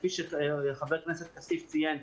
כפי שחבר הכנסת כסיף ציין,